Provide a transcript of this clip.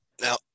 now